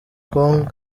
kong